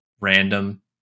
random